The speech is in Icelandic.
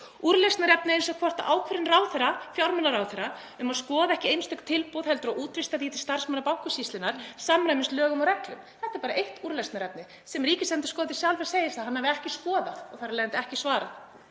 úrlausnarefnum eins og hvort ákvörðun fjármálaráðherra um að skoða ekki einstök tilboð heldur að útvista því til starfsmanna Bankasýslunnar samræmist lögum og reglum. Þetta er bara eitt úrlausnarefni sem ríkisendurskoðandi sjálfur segir að hann hafi ekki skoðað og þar af leiðandi ekki svarað.